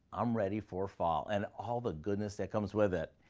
i'm ready for fall, and all the goodness that comes with it.